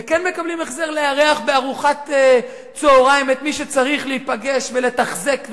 וכן מקבלים החזר לארח בארוחת צהריים את מי שצריך להיפגש ולתחזק,